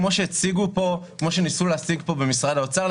כפי שניסו להציג פה במשרד האוצר,